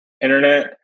internet